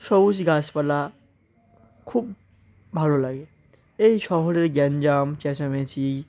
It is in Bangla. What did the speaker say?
সবুজ গাছপালা খুব ভালো লাগে এই শহরের গ্যাঞ্জাম চেঁচামেচি